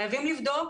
חייבים לבדוק